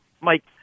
Mike